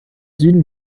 süden